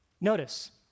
Notice